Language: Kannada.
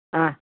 ಹಾಂ